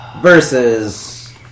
Versus